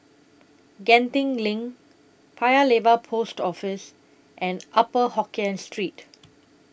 Genting LINK Paya Lebar Post Office and Upper Hokkien Street